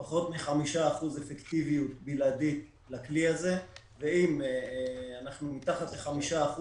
פחות מ-5% אפקטיביות בלעדית לכלי הזה ואם אנחנו מתחת ל-5%,